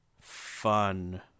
fun